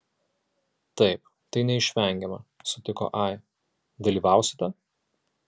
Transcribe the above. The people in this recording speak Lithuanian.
taip tai neišvengiama sutiko ai dalyvausite